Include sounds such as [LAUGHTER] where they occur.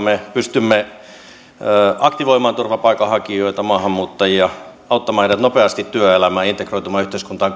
[UNINTELLIGIBLE] me nyt pystymme aktivoimaan turvapaikanhakijoita maahanmuuttajia auttamaan heidät nopeasti työelämään ja integroitumaan yhteiskuntaan [UNINTELLIGIBLE]